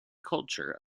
culture